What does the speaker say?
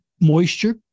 moisture